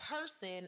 person